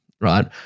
right